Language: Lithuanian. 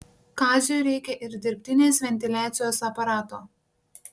kaziui reikia ir dirbtinės ventiliacijos aparato